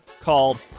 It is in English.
called